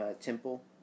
temple